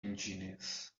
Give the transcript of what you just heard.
ingenious